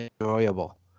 enjoyable